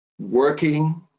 working